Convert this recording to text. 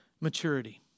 maturity